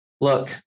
look